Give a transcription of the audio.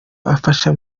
afasha